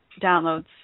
downloads